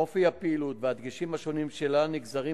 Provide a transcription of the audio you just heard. אופי הפעילות והדגשים השונים שלה נגזרים